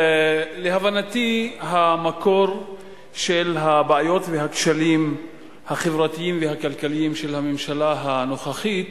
להבנתי המקור של הבעיות והכשלים החברתיים והכלכליים של הממשלה הנוכחית